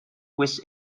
which